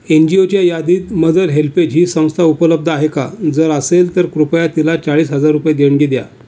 N जी ओच्या यादीत मदर हेल्पेज ही संस्था उपलब्ध आहे का जर असेल तर कृपया तिला चाळीस हजार रुपये देणगी द्या